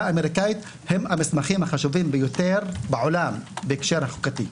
האמריקנית הם המסמכים החשובים ביותר בעולם בהקשר החוקתי.